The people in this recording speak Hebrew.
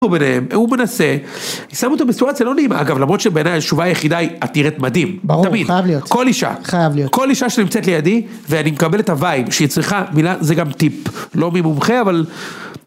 הוא מנסה, אני שם אותו בסיטואציה לא נעימה, אגב למרות שבעיניי התשובה היחידה היא, את נראית מדהים, תמיד, כל אישה, כל אישה שנמצאת לידי, ואני מקבל את הווייב שהיא צריכה מילה, זה גם טיפ, לא ממומחה אבל.